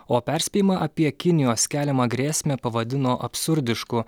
o perspėjimą apie kinijos keliamą grėsmę pavadino absurdišku